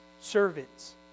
Servants